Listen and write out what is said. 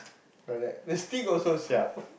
like that the stick also siap